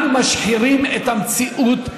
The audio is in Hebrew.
אנחנו משחירים את המציאות,